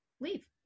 leave